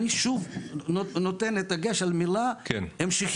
אני שוב נותן את הדגש על המילה המשכיות,